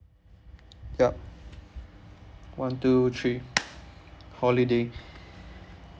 yup one two three holiday